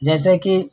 जैसे कि